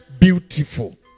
beautiful